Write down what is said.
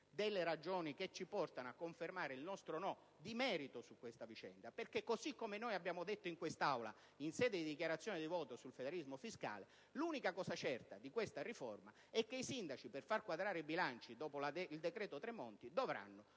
delle ragioni che ci portano a confermare il nostro no di merito su questa vicenda, perché, così come noi abbiamo detto in quest'Aula, in sede di dichiarazione di voto sul federalismo fiscale, l'unica cosa certa di questa riforma è che i sindaci per far quadrare i bilanci dopo il decreto Tremonti dovranno